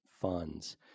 funds